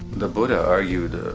the buddha argued